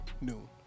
Noon